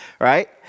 right